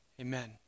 Amen